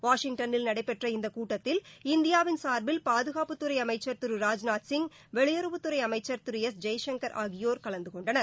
வாஷிங்டன்னில் நடைபெற்ற இந்த கூட்டத்தில் இந்தியாவின் சார்பில் பாதுகாப்புத்துறை அமைச்சர் திரு ராஜ்நாத் சிங் வெளியுறவுத்துறை அமைச்சர் திரு எஸ் ஜெய்சங்கர் ஆகியோர் கலந்துகொண்டனர்